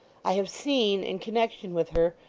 i have seen in connection with her,